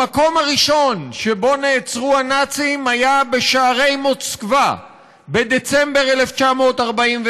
המקום הראשון שבו נעצרו הנאצים היה בשערי מוסקבה בדצמבר 1941,